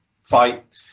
fight